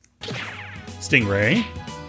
Stingray